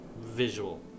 visual